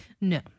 No